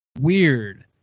weird